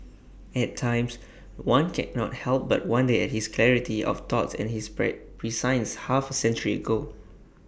at times one cannot help but wonder at his clarity of thought and his per prescience half A century ago